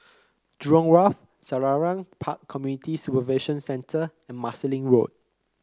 Jurong Wharf Selarang Park Community Supervision Centre and Marsiling Road